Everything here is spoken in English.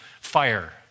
fire